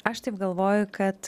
aš taip galvoju kad